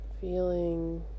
Feeling